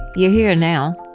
you're here now.